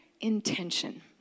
intention